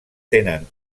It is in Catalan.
tenen